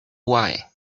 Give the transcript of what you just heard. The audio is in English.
why